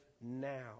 now